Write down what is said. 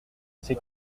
c’est